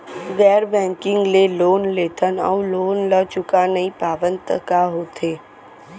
गैर बैंकिंग ले लोन लेथन अऊ लोन ल चुका नहीं पावन त का होथे?